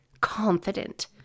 confident